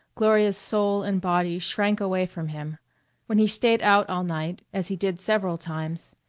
gloria's soul and body shrank away from him when he stayed out all night, as he did several times,